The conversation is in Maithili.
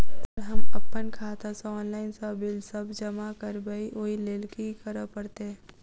सर हम अप्पन खाता सऽ ऑनलाइन सऽ बिल सब जमा करबैई ओई लैल की करऽ परतै?